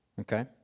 Okay